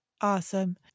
Awesome